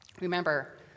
Remember